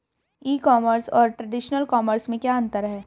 ई commerce और traditional commerce में क्या अंतर है?